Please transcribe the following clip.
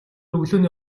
өглөөний